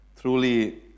truly